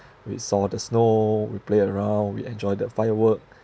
we saw the snow we play around we enjoy the firework